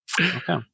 Okay